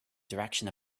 direction